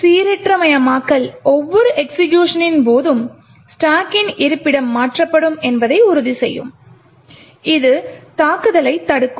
சீரற்றமயமாக்கல் ஒவ்வொரு எக்சிகியூஷனின் போதும் ஸ்டாக்கின் இருப்பிடம் மாற்றப்படும் என்பதை உறுதி செய்யும் இது தாக்குதலைத் தடுக்கும்